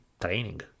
training